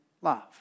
love